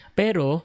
pero